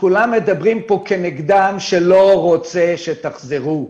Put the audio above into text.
שכולם מדברים פה כנגדם שלא רוצה שתחזרו.